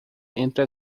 entre